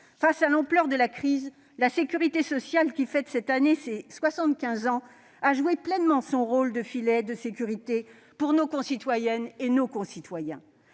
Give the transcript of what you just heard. Face à l'ampleur de la crise, la sécurité sociale, qui fête cette année ses soixante-quinze ans, a joué pleinement son rôle de filet de sécurité pour nos concitoyennes et nos concitoyens.